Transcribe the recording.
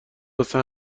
واسه